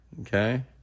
Okay